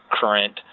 current